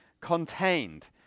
contained